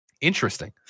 interesting